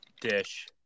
dish